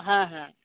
হ্যাঁ হ্যাঁ